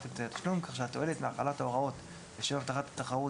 אמצעי התשלום כך שהתועלת מהחלת ההוראות לשם הבטחת התחרות